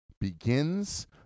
begins